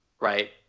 Right